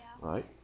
right